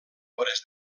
obres